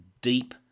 deep